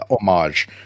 homage